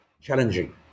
challenging